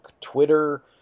Twitter